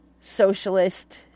socialist